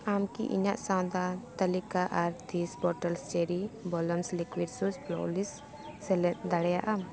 ᱟᱢ ᱠᱤ ᱤᱧᱟᱹᱜ ᱥᱚᱭᱫᱟ ᱛᱟᱹᱞᱤᱠᱟ ᱟᱨ ᱛᱨᱤᱥ ᱵᱚᱛᱳᱞ cherry blossom liquid shoe polish cherry ᱥᱮᱞᱮᱫ ᱫᱟᱲᱮᱭᱟᱜ ᱟᱢ